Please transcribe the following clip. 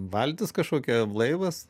valtis kažkokia laivas